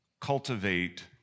cultivate